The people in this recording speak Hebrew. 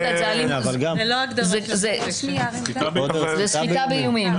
זה סחיטה באיומים.